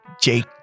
Jake